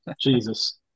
Jesus